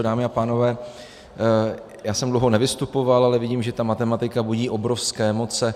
Dámy a pánové, dlouho jsem nevystupoval, ale vidím, že ta matematika budí obrovské emoce.